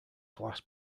glass